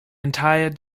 entire